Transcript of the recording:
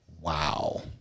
Wow